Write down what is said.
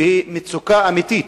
שהיא מצוקה אמיתית,